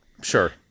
Sure